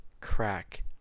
crack